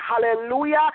hallelujah